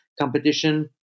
competition